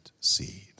seed